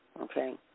Okay